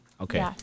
Okay